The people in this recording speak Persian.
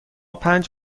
پنج